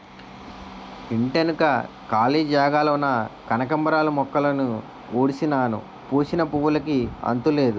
ఇంటెనక కాళీ జాగాలోన కనకాంబరాలు మొక్కలుడిసినాను పూసిన పువ్వులుకి అంతులేదు